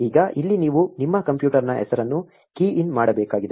ಈಗ ಇಲ್ಲಿ ನೀವು ನಿಮ್ಮ ಕಂಪ್ಯೂಟರ್ನ ಹೆಸರನ್ನು ಕೀ ಇನ್ ಮಾಡಬೇಕಾಗಿದೆ